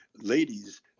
ladies